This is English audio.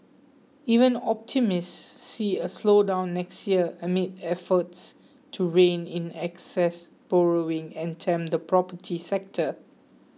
even optimists see a slowdown next year amid efforts to rein in excess borrowing and tame the property sector